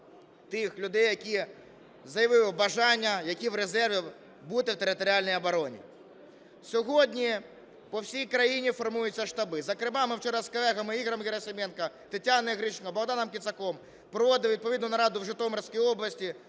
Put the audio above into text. тих людей, які заявили бажання, які в резерві, бути в територіальній обороні. Сьогодні по всій країні формуються штаби. Зокрема, ми вчора з колегами Ігорем Герасименком, Тетяною Грищенко, Богданом Кицаком проводили відповідну нараду в Житомирській області.